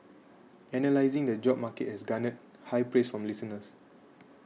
analysing the job market has garnered high praise from listeners